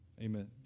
Amen